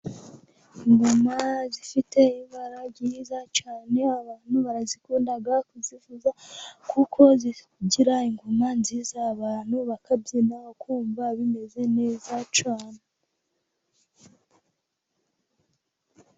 Ingoma zifite ibara ryiza cyane, abantu barazikunda kuzivuza, kuko zigira ingoma nziza abantu bakabyina ukumva bimeze neza cyane.